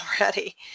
already